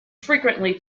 frequently